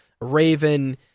Raven